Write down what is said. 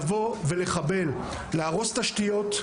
שיבואו ויחבלו: להרוס תשתיות,